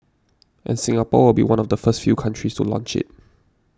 and Singapore will be one of the first few countries to launch it